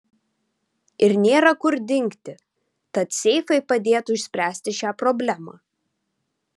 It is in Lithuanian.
ir nėra kur dingti tad seifai padėtų išspręsti šią problemą